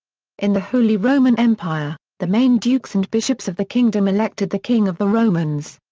in the holy roman empire, the main dukes and bishops of the kingdom elected the king of the romans.